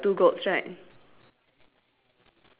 uh close same also brown right then after that close